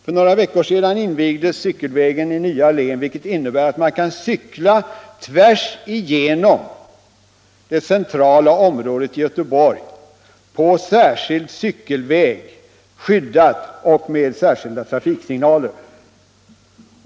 För några veckor sedan invigdes cykelvägen i Nya Allén, vilken innebär att man kan cykla tvärsigenom det centrala området i Göteborg på en skyddad cykelväg med särskilda trafiksignaler.